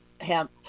hemp